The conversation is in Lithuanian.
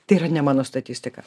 tai yra ne mano statistika